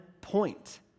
point